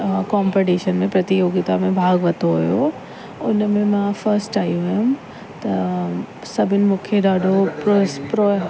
competition में प्रतियोगिता में भाॻु वरितो हुयो उन में मां फस्ट आई हुयमि त सभिनि मूंखे ॾाढो प्रोस प्रो